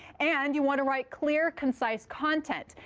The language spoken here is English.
and you want to write clear, concise content.